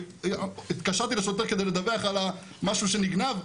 בגלל שהתקשרתי לשוטר כדי לדווח על משהו שנגנב,